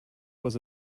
was